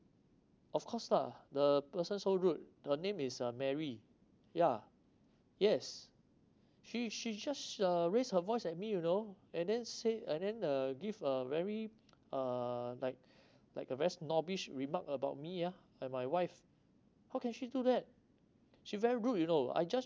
of course lah the person so rude her name is uh mary yeah yes she she just uh raise her voice at me you know and then said and then uh give uh very uh like like a very snobbish remark about me ah and my wife how can she do that she very rude you know I just